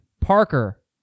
Parker